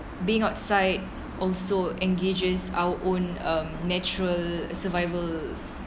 being outside also engages our own um natural survival